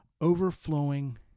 overflowing